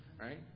Right